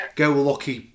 go-lucky